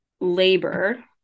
labor